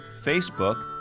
Facebook